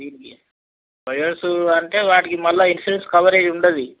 దీనికి five years అంటే వాటికి మళ్ళా ఇన్సూరెన్స్ కవరేజ్ ఉండదు